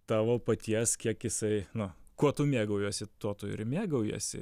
tavo paties kiek jisai nu kuo tu mėgaujuosi tuo tu ir mėgaujiesi